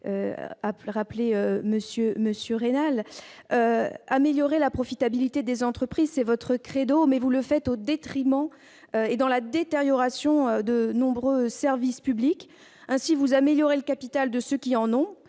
souhaitez accroître la profitabilité des entreprises, c'est votre credo, mais vous le faites au prix de la détérioration de nombreux services publics. Ainsi, vous améliorez le capital de ceux qui en ont